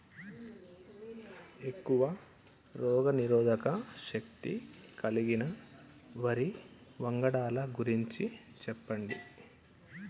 ఎక్కువ రోగనిరోధక శక్తి కలిగిన వరి వంగడాల గురించి చెప్పండి?